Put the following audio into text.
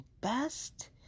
best